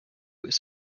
was